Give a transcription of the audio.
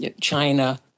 China